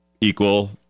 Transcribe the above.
equal